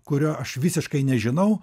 kurio aš visiškai nežinau